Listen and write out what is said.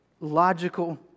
logical